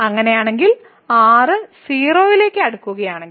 അങ്ങനെയാണെങ്കിൽ r 0 ലേക്ക് അടുക്കുകയാണെങ്കിൽ